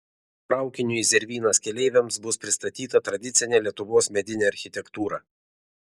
traukinio į zervynas keleiviams bus pristatyta tradicinė lietuvos medinė architektūra